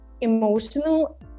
emotional